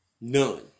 None